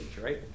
right